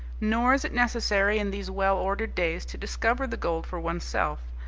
nor is it necessary in these well-ordered days to discover the gold for one's self.